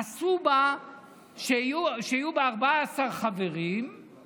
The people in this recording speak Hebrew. עשו שיהיו בה 14 חברים,